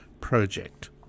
project